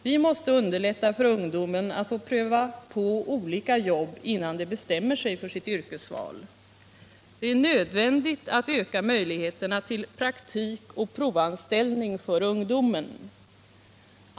Vi måste underlätta för ungdomarna att pröva på olika jobb, innan de bestämmer sig för sitt yrkesval. Det är nödvändigt att öka möjligheterna till praktik och provanställning för ungdomen.